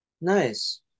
Nice